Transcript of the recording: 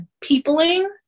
peopling